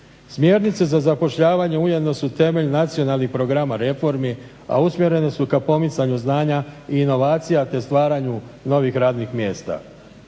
Smjernice za zapošljavanje ujedno su temelj nacionalnih programa reformi, a usmjerene su ka pomicanju znanja i inovacija te stvaranju novih radnih mjesta.